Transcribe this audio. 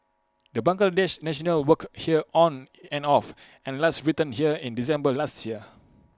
the Bangladesh national worked here on and off and last returned here in December last year